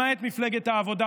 למעט מפלגת העבודה,